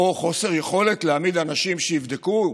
או חוסר יכולת להעמיד אנשים שיבדקו,